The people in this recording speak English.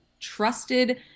trusted